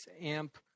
amp